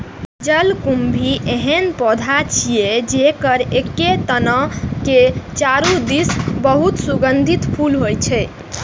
जलकुंभी एहन पौधा छियै, जेकर एके तना के चारू दिस बहुत सुगंधित फूल होइ छै